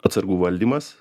atsargų valdymas